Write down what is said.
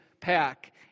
pack